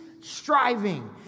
striving